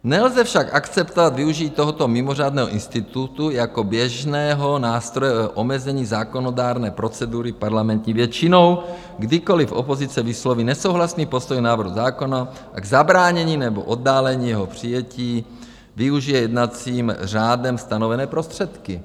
Nelze však akceptovat využití tohoto mimořádného institutu jako běžného nástroje omezení zákonodárné procedury parlamentní většinou, kdykoliv opozice vysloví nesouhlasný postoj k návrhu zákona a k zabránění nebo oddálení jeho přijetí využije jednacím řádem stanovené prostředky.